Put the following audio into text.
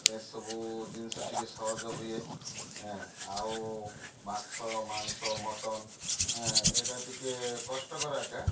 ଏସବୁ ଜିନିଷ ଟିକେ ସହଜ ହୁଏ ଏଁ ଆଉ ମାଛ ମାଂସ ମଟନ ଏଁ ଏଇଟା ଟିକେ କଷ୍ଟକର ଏକା